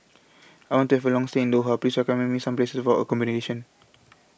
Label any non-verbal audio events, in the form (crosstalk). I want to Have A Long stay in Doha Please recommend Me Some Places For accommodation (noise)